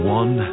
one